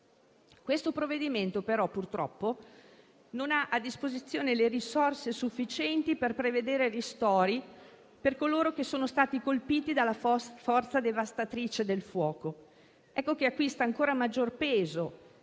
Questo provvedimento, purtroppo, non ha però a disposizione le risorse sufficienti per prevedere ristori per coloro che sono stati colpiti dalla forza devastatrice del fuoco. Per questo acquista ancora maggior peso